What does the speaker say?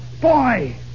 Boy